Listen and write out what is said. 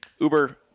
Uber